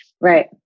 Right